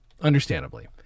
understandably